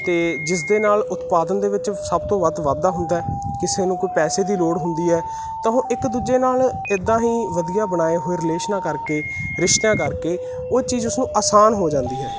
ਅਤੇ ਜਿਸ ਦੇ ਨਾਲ ਉਤਪਾਦਨ ਦੇ ਵਿੱਚ ਸਭ ਤੋਂ ਵੱਧ ਵਾਧਾ ਹੁੰਦਾ ਕਿਸੇ ਨੂੰ ਕੋਈ ਪੈਸੇ ਦੀ ਲੋੜ ਹੁੰਦੀ ਹੈ ਤਾਂ ਉਹ ਇੱਕ ਦੂਜੇ ਨਾਲ ਇੱਦਾਂ ਹੀ ਵਧੀਆ ਬਣਾਏ ਹੋਏ ਰਿਲੇਸ਼ਨਾਂ ਕਰਕੇ ਰਿਸ਼ਤਿਆਂ ਕਰਕੇ ਉਹ ਚੀਜ਼ ਉਸਨੂੰ ਆਸਾਨ ਹੋ ਜਾਂਦੀ ਹੈ